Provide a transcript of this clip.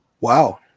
Wow